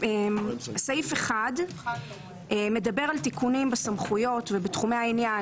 סעיף 1 מדבר על תיקונים בסמכויות ובתחומי העניין